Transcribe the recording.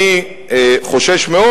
אני חושש מאוד,